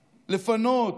לפנות,